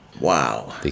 Wow